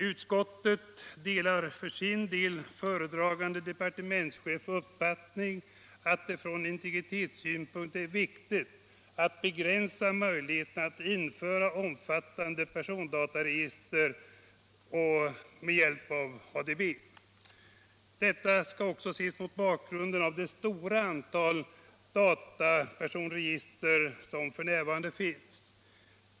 Utskottet delar för sin del föredragande departementschefens uppfattning att det från integritetssynpunkt är viktigt att begränsa möjligheterna att införa omfattande persondataregister med hjälp av ADB. Detta skall också ses mot bakgrunden av det stora antal datapersonregister som f.n. finns.